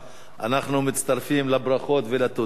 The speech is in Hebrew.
אנחנו מצטרפים לברכות ולתודות.